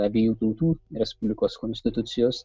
abiejų tautų respublikos konstitucijos